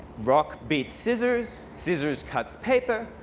rock beats scissors, scissors cuts paper,